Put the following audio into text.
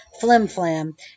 flimflam